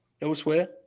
elsewhere